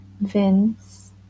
Vince